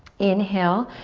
inhale,